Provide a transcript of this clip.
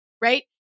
right